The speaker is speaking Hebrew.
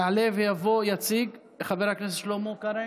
יעלה ויבוא, יציג, חבר הכנסת שלמה קרעי.